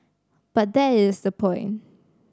but that is the point